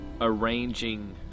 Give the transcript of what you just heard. Arranging